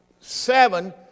seven